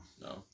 No